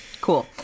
Cool